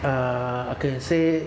uh I can say